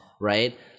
right